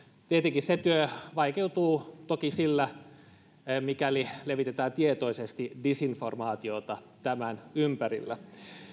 tietenkin se työ vaikeutuu toki mikäli levitetään tietoisesti disinformaatiota tämän ympärillä